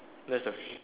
that's the f~